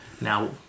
now